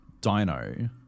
dino